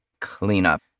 cleanup